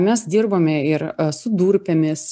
mes dirbome ir su durpėmis